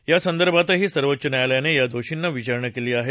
या संदर्भातही सर्वोच्च न्यायालयानं या दोषींना विचारणा केली आहे